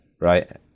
right